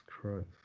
Christ